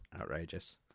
Outrageous